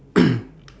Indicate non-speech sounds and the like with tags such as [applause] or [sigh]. [coughs]